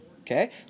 Okay